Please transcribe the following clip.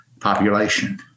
population